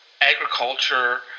agriculture